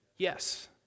Yes